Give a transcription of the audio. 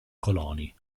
coloni